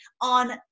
on